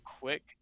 quick